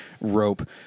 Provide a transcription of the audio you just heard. rope